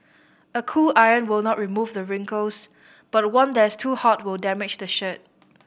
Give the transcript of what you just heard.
a cool iron will not remove the wrinkles but one that is too hot will damage the shirt